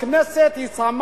הכנסת שמה